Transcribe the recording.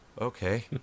okay